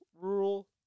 rural